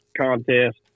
contest